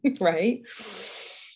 right